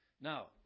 Now